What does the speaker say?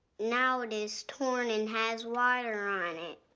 now it is torn and has water on it.